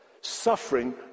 Suffering